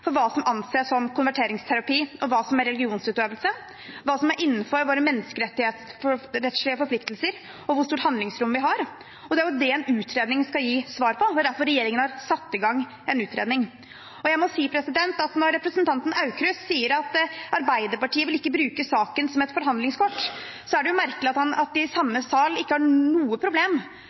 for hva som anses som konverteringsterapi, og hva som er religionsutøvelse, hva som er innenfor våre menneskerettslige forpliktelser, og hvor stort handlingsrom vi har. Det er jo det en utredning skal gi svar på – det er derfor regjeringen har satt i gang en utredning. Jeg må si at når representanten Aukrust sier at Arbeiderpartiet ikke vil bruke saken som et forhandlingskort, er det jo merkelig at de i samme sal ikke har noe problem